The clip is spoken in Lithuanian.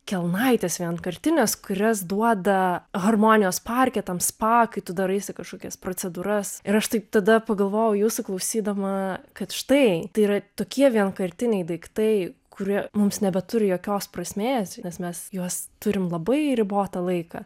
kelnaitės vienkartinės kurias duoda harmonijos parke tam spa kai tu daraisi kažkokias procedūras ir aš taip tada pagalvojau jūsų klausydama kad štai tai yra tokie vienkartiniai daiktai kurie mums nebeturi jokios prasmės nes mes juos turim labai ribotą laiką